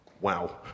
wow